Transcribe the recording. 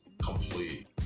complete